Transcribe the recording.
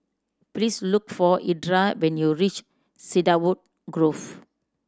please look for Edra when you reach Cedarwood Grove